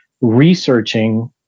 researching